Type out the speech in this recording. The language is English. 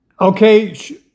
okay